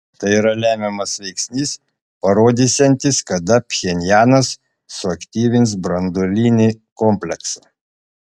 tai yra lemiamas veiksnys parodysiantis kada pchenjanas suaktyvins branduolinį kompleksą